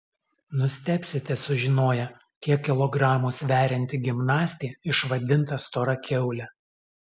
nustebsite sužinoję kiek kilogramų sverianti gimnastė išvadinta stora kiaule